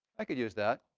i could use that.